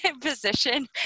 position